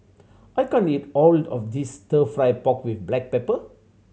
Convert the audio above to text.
I can't eat all of this Stir Fry pork with black pepper